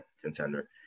contender